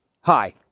Hi